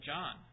John